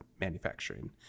manufacturing